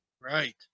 Right